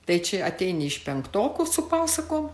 tai čia ateini iš penktokų su pasakom